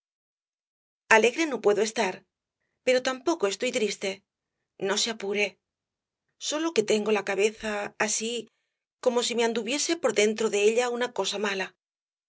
no puedo estar pero tampoco estoy triste no se apure sólo que tengo la cabeza así como si me anduviese por dentro de ella una cosa mala